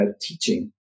teaching